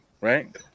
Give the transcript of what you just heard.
right